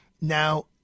Now